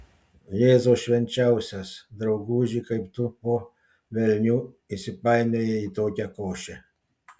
jėzau švenčiausias drauguži kaip tu po velnių įsipainiojai į tokią košę